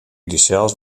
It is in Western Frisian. dysels